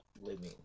living